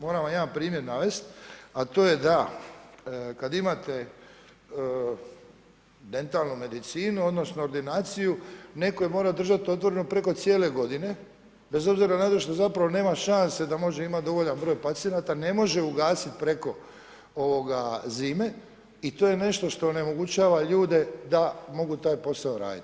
Moram vam jedan primjer navesti a to je da kad imate dentalnu medicinu odnosno ordinaciju, netko mora držati otvoreno preko cijele godine bez obzira … zato što zapravo nema šanse da može imati dovoljan broj pacijenata, ne može ugasiti preko zime i to je nešto što onemogućava ljude da mogu taj posao raditi.